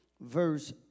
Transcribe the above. verse